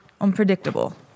unpredictable